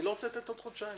אני לא רוצה לתת עוד חודשיים.